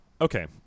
okay